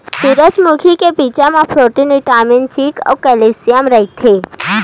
सूरजमुखी के बीजा म प्रोटीन, बिटामिन, जिंक अउ केल्सियम रहिथे